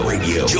Radio